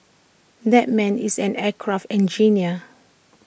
that man is an aircraft engineer